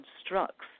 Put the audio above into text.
constructs